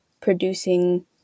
producing